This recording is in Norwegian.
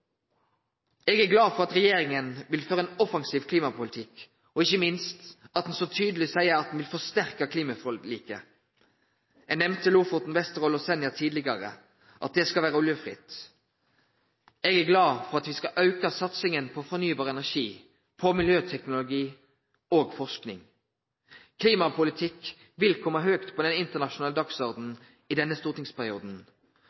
Eg er glad for at regjeringa vil føre ein offensiv klimapolitikk og ikkje minst at dei så tydeleg seier at dei vil styrkje klimaforliket. Eg nemnde Lofoten, Vesterålen og Senja tidlegare – at desse områda skal vere oljefrie. Eg er glad for at me skal auke satsinga på fornybar energi, på miljøteknologi og forsking. Klimapolitikk vil komme høgt på den internasjonale